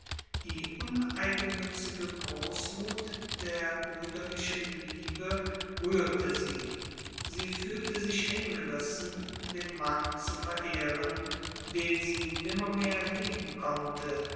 die uneigennützige großmut der brüderlichen liebe rührte sie sie fühlte sich hingerissen den mann zu verehren den sie nimmermehr lieben konnte